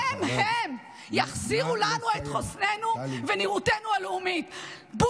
שהם, הם, יחזירו, נא לסיים, טלי.